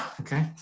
okay